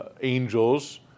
angels